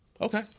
Okay